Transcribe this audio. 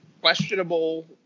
questionable